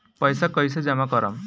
पैसा कईसे जामा करम?